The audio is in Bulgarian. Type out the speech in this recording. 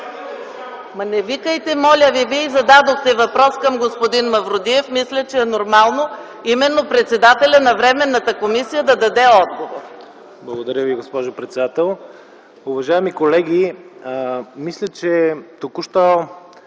Ама, не викайте, моля Ви! Вие зададохте въпрос към господин Мавродиев. Мисля, че е нормално именно председателят на временната комисия да даде отговор. ДОКЛАДЧИК СТОЯН МАВРОДИЕВ: Благодаря Ви, госпожо председател. Уважаеми колеги, мисля, че току-що